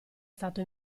stato